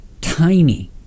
tiny